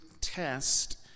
test